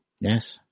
Yes